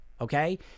okay